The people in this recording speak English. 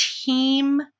team